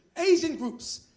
asian groups,